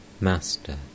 Master